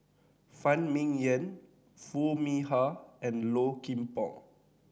Phan Ming Yen Foo Mee Har and Low Kim Pong